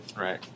Right